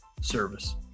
service